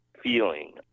feeling